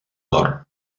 nord